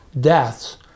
deaths